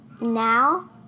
now